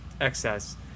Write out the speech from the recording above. excess